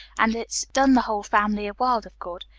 and it's done the whole family a world of good.